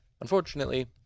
Unfortunately